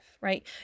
right